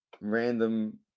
random